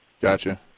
Gotcha